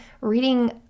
reading